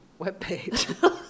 webpage